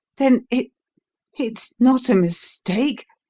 then it it's not a mistake?